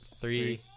Three